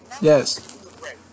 yes